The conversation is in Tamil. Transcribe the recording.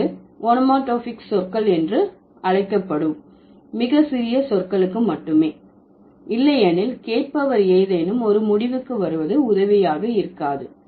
ஆனால் அது ஓனோமடோபாயிக் சொற்கள் என்று அழைக்கப்படும் மிக சிறிய சொற்களுக்கு மட்டுமே இல்லையெனில் கேட்பவர் ஏதேனும் ஒரு முடிவுக்கு வருவது உதவியாக இருக்காது